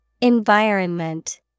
Environment